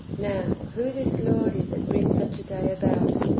now, who this lord is that brings such a day about,